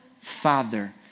father